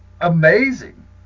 Amazing